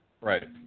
Right